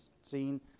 seen